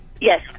Yes